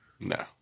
no